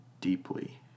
deeply